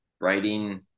writing